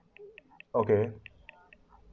okay